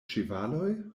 ĉevaloj